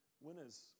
Winners